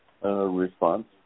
response